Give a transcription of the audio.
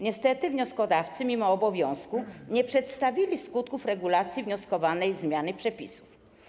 Niestety wnioskodawcy mimo obowiązku nie przedstawili skutków regulacji wnioskowanej zmiany przepisów.